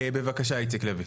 בבקשה איציק לוי.